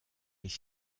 les